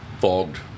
fogged